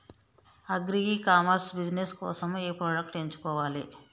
Agri e commerce business కోసము ఏ products ఎంచుకోవాలి?